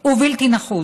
ובלתי נחוץ.